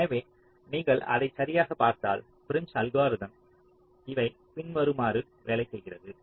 எனவே நீங்கள் அதை சரியாகப் பார்த்தால் ப்ரிம்ஸ் அல்கோரிதத்தில் Prim's algorithm இவை பின்வருமாறு வேலை செய்கிறது